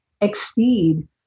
exceed